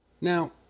Now